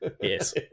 Yes